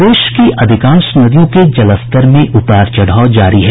प्रदेश की अधिकांश नदियों के जलस्तर में उतार चढ़ाव जारी है